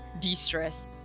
de-stress